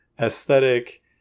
aesthetic